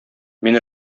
мин